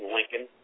Lincoln